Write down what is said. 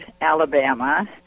Alabama